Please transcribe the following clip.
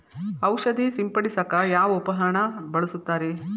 ಔಷಧಿ ಸಿಂಪಡಿಸಕ ಯಾವ ಉಪಕರಣ ಬಳಸುತ್ತಾರಿ?